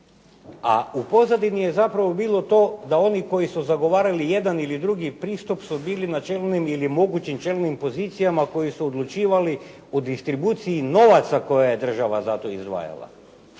a u pozadini je zapravo bilo to da oni koji su zagovarali jedan ili drugi pristup su bili na čelnim ili mogućim čelnim pozicijama, koji su odlučivali o distribuciji novaca koje je država za to izdvajala.